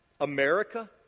America